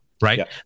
right